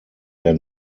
der